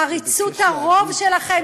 בעריצות הרוב שלכם,